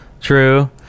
true